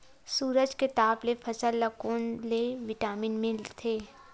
सूरज के ताप ले फसल ल कोन ले विटामिन मिल थे?